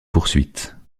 poursuites